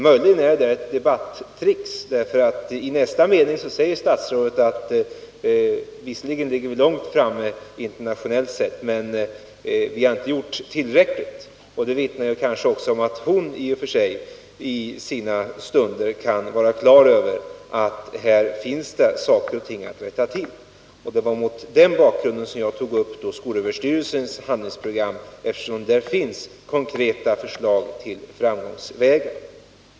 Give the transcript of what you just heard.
Möjligen är det fråga om ett debattrick, för i nästa mening säger statsrådet att visserligen ligger vi långt framme internationellt sett, men vi har inte gjort tillräckligt. Kanske vittnar det om att hon i sina bästa stunder kan vara klar över att här finns saker och ting att rätta till. Det var mot den bakgrunden som jag tog upp skolöverstyrelsens handlingsprogram, eftersom där finns konkreta förslag till framgångsvägar.